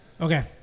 Okay